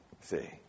See